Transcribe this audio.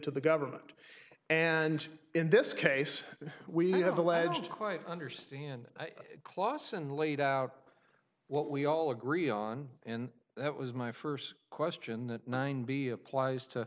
to the government and in this case we have alleged quite understand clawson laid out what we all agree on and that was my first question that nine be applies to